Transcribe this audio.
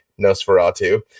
Nosferatu